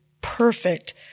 perfect